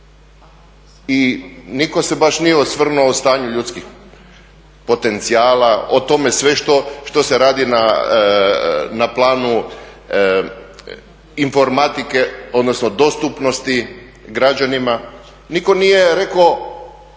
I niko se baš nije osvrnuo o stanju ljudskih potencijala, o tome sve što se radi na planu informatike, odnosno dostupnosti građanima, niko nije rekao